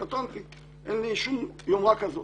קטונתי, אין לי שום יומרה כזאת.